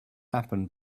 happened